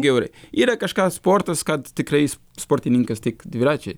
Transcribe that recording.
gyvai yra kažką sportas kad tikrais sportininkais tik dviračiai